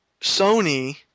Sony